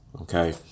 okay